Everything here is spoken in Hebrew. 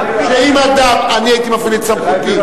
שאם אדם מתפלל,